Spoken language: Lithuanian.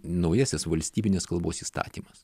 naujasis valstybinės kalbos įstatymas